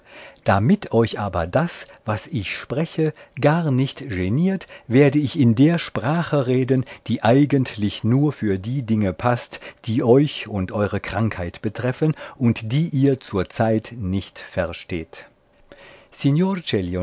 damit euch aber das was ich spreche gar nicht geniert werde ich in der sprache reden die eigentlich nur für die dinge paßt die euch und eure krankheit betreffen und die ihr zurzeit nicht versteht